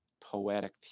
poetic